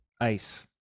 ice